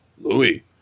Louis